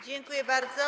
Dziękuję bardzo.